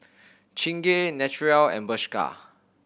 Chingay Naturel and Bershka